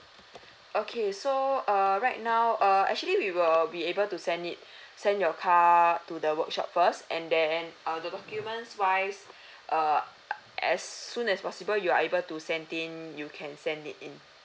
okay so err right now err actually we will be able to send it send your car to the workshop first and then uh the documents wise err uh as soon as possible you are able to sent in you can send it in